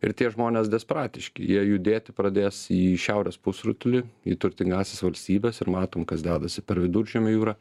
ir tie žmonės desperatiški jie judėti pradės į šiaurės pusrutulį į turtingąsias valstybes ir matom kas dedasi per viduržemio jūrą